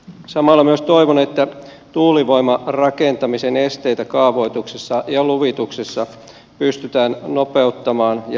samalla myös toivon että tuulivoimarakentamisen esteiden purkua kaavoituksessa ja luvituksessa pystytään nopeuttamaan ja selkiyttämään